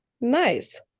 Nice